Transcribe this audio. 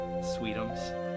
Sweetums